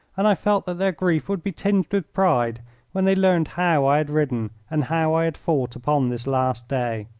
and i felt that their grief would be tinged with pride when they learned how i had ridden and how i had fought upon this last day.